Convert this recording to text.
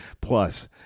Plus